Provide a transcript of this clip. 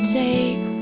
take